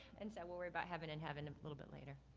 and so, we'll worry about heaven in heaven a little bit later.